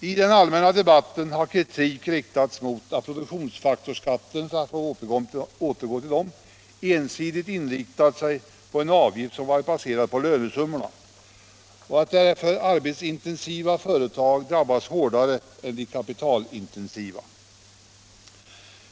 I den allmänna debatten har kritik riktats mot att produktionsfak torsskatterna — för att återgå till dessa — ensidigt inriktats på en avgift som varit baserad på lönesummorna och att därför arbetsintensiva företag drabbats hårdare än de kapitalintensiva.